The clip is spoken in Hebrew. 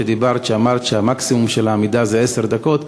שאמרת שהמקסימום של העמידה זה עשר דקות,